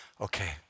okay